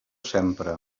sempre